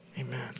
Amen